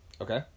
Okay